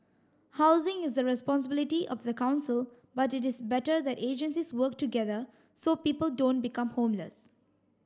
housing is the responsibility of the council but it is better that agencies work together so people don't become homeless